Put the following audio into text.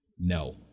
No